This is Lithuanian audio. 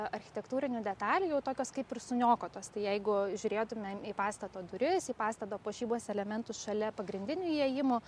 architektūrinių detalių jau tokios kaip ir suniokotos tai jeigu žiūrėtumėm į pastato duris į pastato puošybos elementus šalia pagrindinių įėjimų